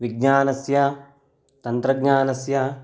विज्ञानस्य तन्त्रज्ञानस्य